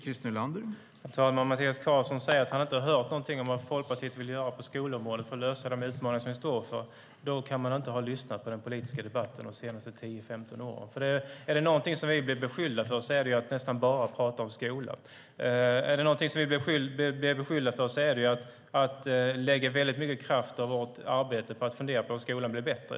Herr talman! Mattias Karlsson säger att han inte har hört någonting om vad Folkpartiet vill göra på skolområdet för att lösa de utmaningar som vi står inför. Då kan han inte ha lyssnat på den politiska debatten de senaste 10-15 åren. Är det någonting som vi blir beskyllda för är det att nästan bara prata om skolan. Är det någonting som vi blir beskyllda för är det att i vårt arbete lägga väldigt mycket kraft på att fundera på hur skolan blir bättre.